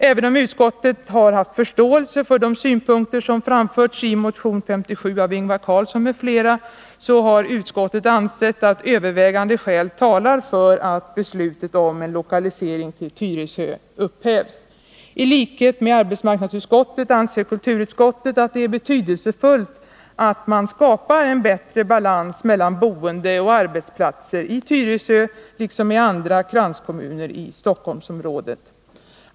Även om utskottet har haft förståelse för de synpunkter som framförts i motion 57 av Ingvar Carlsson m.fl., har utskottet ansett att övervägande skäl talar för att beslutet om en lokalisering till Tyresö upphävs. I likhet med arbetsmarknadsutskottet anser kulturutskottet att det är betydelsefullt att man skapar bättre balans mellan boende och arbetsplatser i Tyresö liksom i andra kranskommuner i Stockholmsområdet.